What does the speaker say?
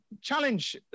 challenge